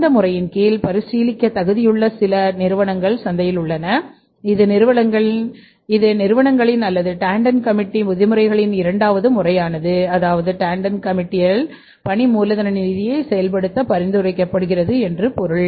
இந்த முறையின் கீழ் பரிசீலிக்க தகுதியுள்ள மிகச் சில நிறுவனங்கள் சந்தையில் உள்ளன இது நிறுவனங்களின் அல்லது டாண்டன் கமிட்டி பணி மூலதன நிதியைச் செயல்படுத்த பரிந்துரைக்கப்படுகிறது என்று பொருள்